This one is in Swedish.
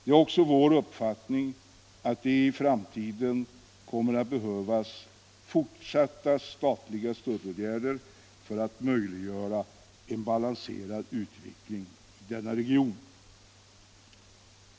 Det är också vår uppfattning att det i framtiden kommer att behövas fortsatta statliga stödåtgärder för att möjliggöra en balanserad utveckling i denna region.